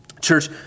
Church